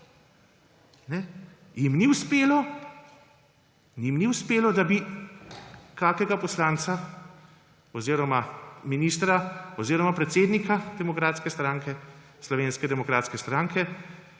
jim ni uspelo, da bi kakšnega poslanca oziroma ministra oziroma predsednika Slovenske demokratske stranke